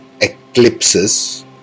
eclipses